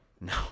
No